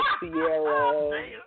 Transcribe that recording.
Sierra